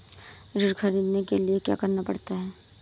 ऋण ख़रीदने के लिए क्या करना पड़ता है?